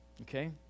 okay